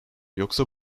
yoksa